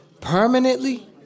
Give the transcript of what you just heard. Permanently